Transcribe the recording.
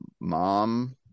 mom